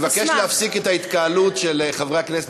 אני מבקש להפסיק את ההתקהלות של חברי הכנסת